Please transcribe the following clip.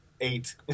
eight